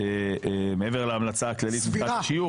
מעבר להמלצה הכללית מבחינת השיוך,